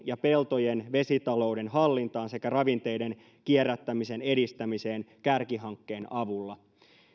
ja peltojen vesitalouden hallintaan sekä ravinteiden kierrättämisen edistämiseen kärkihankkeen avulla